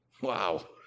Wow